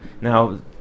Now